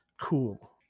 cool